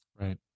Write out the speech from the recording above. Right